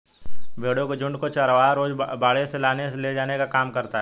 भेंड़ों के झुण्ड को चरवाहा रोज बाड़े से लाने ले जाने का काम करता है